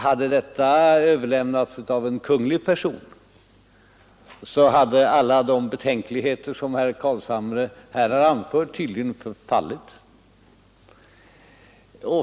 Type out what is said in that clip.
Om denna gåva överlämnats av en kunglig person, hade alla de betänkligheter som herr Carlshamre här har anfört tydligen fallit.